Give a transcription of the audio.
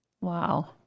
wow